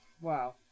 Wow